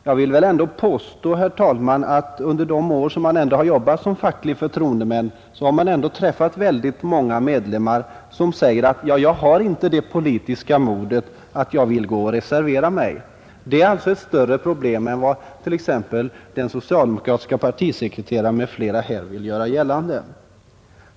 Jag vill ändå påstå, herr talman, att jag under de år jag har jobbat som facklig förtroendeman har träffat många medlemmar som sagt: ”Jag har inte det politiska modet att gå och reservera mig.” Det är alltså ett större problem än vad den socialdemokratiske partisekreteraren m.fl. här vill göra gällande.